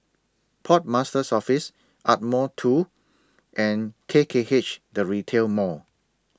Port Master's Office Ardmore two and K K H The Retail Mall